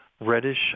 reddish